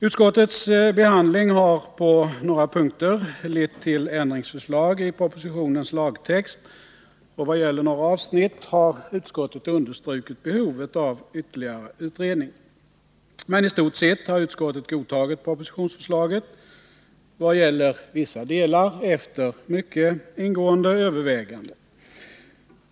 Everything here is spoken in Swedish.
Utskottets behandling har på några punkter lett till ändringsförslag i propositionens lagtext, och vad gäller några avsnitt har utskottet understrukit behovet av ytterligare utredning. Men i stort sett har utskottet godtagit propositionsförslaget — vad gäller vissa delar efter mycket ingående överväganden.